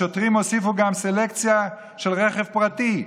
השוטרים הוסיפו גם סלקציה של רכב פרטי,